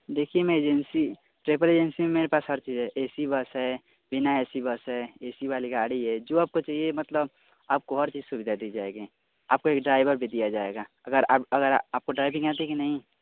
देखिए मैं agency travel agency मेरे पास हर चीज है ऐ सी बस है बिना ऐ सी बस है ऐ सी वाले गाड़ी है जो आपको चाहिए मतलब आपको हर चीज सुविधा दी जाएगी आपको एक ड्राइभर भी दिया जाएगा अगर आप अगर आपको ड्राइविंग आती है कि नहीं